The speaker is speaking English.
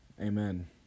Amen